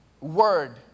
word